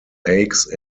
axe